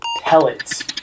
pellets